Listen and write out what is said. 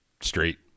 straight